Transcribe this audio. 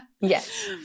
yes